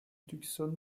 tucson